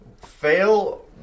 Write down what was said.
Fail